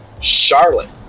Charlotte